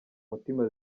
mutima